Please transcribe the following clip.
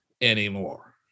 anymore